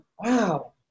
wow